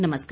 नमस्कार